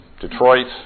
Detroit